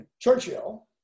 Churchill